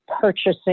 purchasing